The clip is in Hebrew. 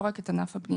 לא רק את ענף הבנייה,